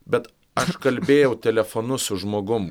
bet aš kalbėjau telefonu su žmogum